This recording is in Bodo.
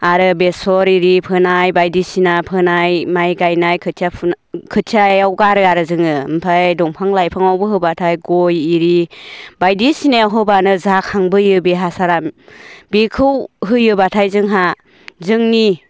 आरो बेसर आरि फोनाय बायदिसिना फोनाय माइ गायनाय खोथिया फुनाय खोथियायाव गारो आरो जोङो ओमफ्राय दंफां लाइफाङावबो होबाथाय गय आरि बायदिसिनायाव होबानो जाखांबोयो बे हासारा बेखौ होयोबाथाय जोंहा जोंनि